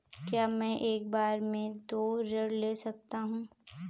क्या मैं एक बार में दो ऋण ले सकता हूँ?